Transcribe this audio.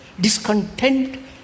discontent